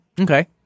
Okay